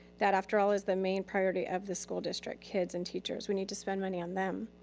that after all is the main priority of the school district, kids and teachers. we need to spend money on them.